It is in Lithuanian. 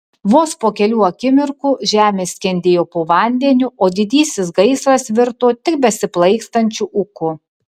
vos po kelių akimirkų žemė skendėjo po vandeniu o didysis gaisras virto tik besiplaikstančiu ūku